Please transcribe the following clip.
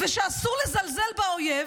ושאסור לזלזל באויב,